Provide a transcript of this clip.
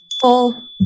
full